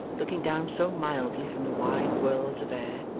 looking down so mildly from the wide worlds of air,